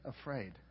afraid